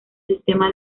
sistema